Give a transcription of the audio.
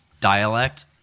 dialect